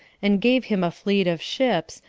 and gave him a fleet of ships,